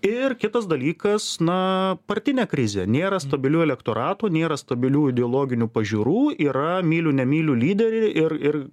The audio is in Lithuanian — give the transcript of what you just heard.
ir kitas dalykas na partinė krizė nėra stabilių elektoratų nėra stabilių ideologinių pažiūrų yra myliu nemyliu lyderiai ir ir